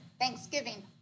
thanksgiving